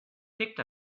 picked